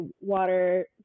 water